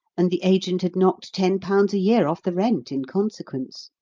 and the agent had knocked ten pounds a year off the rent in consequence.